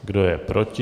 Kdo je proti?